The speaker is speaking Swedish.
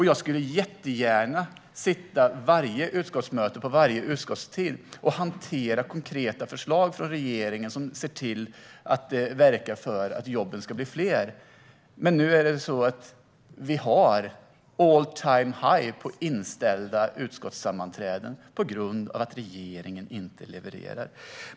Jag skulle jättegärna vid varje utskottsmöte hantera konkreta förslag från regeringen som leder till att jobben blir fler. Men nu är det all-time-high på inställda utskottssammanträden på grund av att regeringen inte levererar.